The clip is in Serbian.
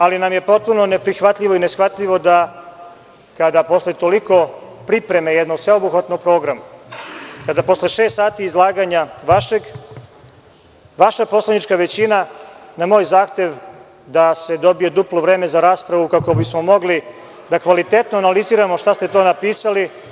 Ali, potpuno nam je neprihvatljivo i neshvatljivo da kada posle toliko pripreme jednog sveobuhvatnog programa, kada posle šest izlaganja vašeg, vaša poslanička većina na moj zahtev da se dobije duplo vreme za raspravu kako bismo mogli da kvalitetno analiziramo šta ste to napisali…